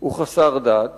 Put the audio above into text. הוא חסר דת